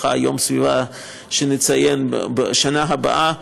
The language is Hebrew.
בואכה יום הסביבה שנציין בשנה הבאה,